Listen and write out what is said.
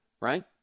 right